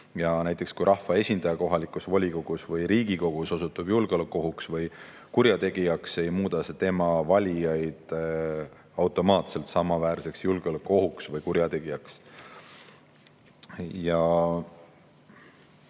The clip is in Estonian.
Ja näiteks, kui rahvaesindaja kohalikus volikogus või Riigikogus osutub julgeolekuohuks või kurjategijaks, ei muuda see tema valijaid automaatselt samaväärseks julgeolekuohuks või kurjategijaks.